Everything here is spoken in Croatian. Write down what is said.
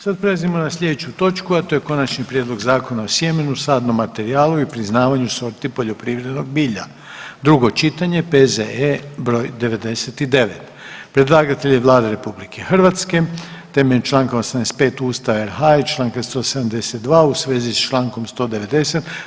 Sad prelazimo na sljedeću točku, a to je: - Konačni prijedlog Zakona o sjemenu, sadnom materijalu i priznavanju sorti poljoprivrednog bilja, drugo čitanje, P.Z.E. br. 99.; Predlagatelj je Vlada RH temeljem čl. 85 Ustava RH i čl. 172. u svezi s čl. 190.